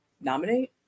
nominate